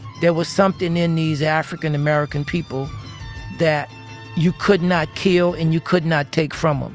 there was something in these african american people that you could not kill and you could not take from them.